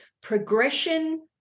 progression